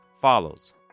follows